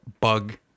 bug